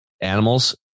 animals